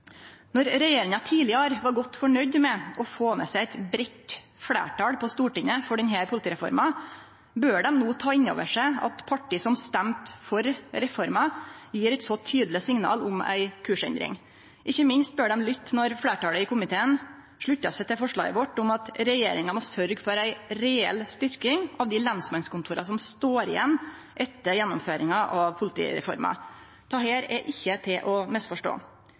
Når regjeringa tidlegare var godt fornøgd med å få med seg eit breitt fleirtal på Stortinget for denne politireforma, bør dei no ta inn over seg at parti som stemde for reforma, gjev eit så tydeleg signal om ei kursendring. Ikkje minst bør dei lytte når fleirtalet i komiteen sluttar seg til vårt forslag til vedtak om at regjeringa må «sørge for en reell styrking av de lensmannskontorene som står igjen etter gjennomføringen av politireformen». Dette er ikkje til å misforstå.